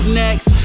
next